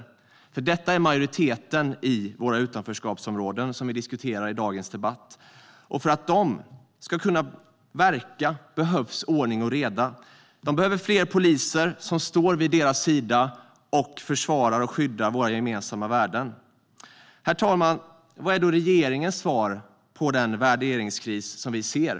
Dessa människor är majoriteten i våra utanförskapsområden, som vi diskuterar i dagens debatt, och för att de ska kunna verka behövs ordning och reda. De behöver fler poliser som står vid deras sida och försvarar och skyddar våra gemensamma värden. Herr talman! Vad är då regeringens svar på den värderingskris som vi ser?